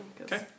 Okay